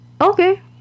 okay